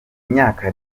myaka